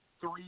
three